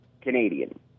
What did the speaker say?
Canadian